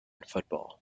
football